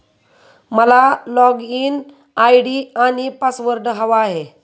मला login ID आणि password हवा आहे